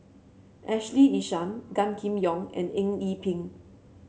Ashley Isham Gan Kim Yong and Eng Yee Peng